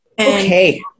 Okay